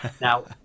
Now